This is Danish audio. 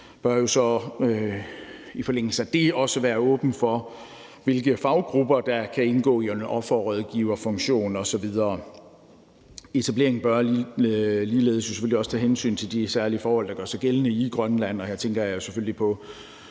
bør jo så i forlængelse af det også være åben for, hvilke faggrupper der kan indgå i en offerrådgiverfunktion osv. Etableringen bør ligeledes jo selvfølgelig også tage hensyn til de særlige forhold, der gør sig gældende i Grønland, og her tænker jeg selvfølgelig på,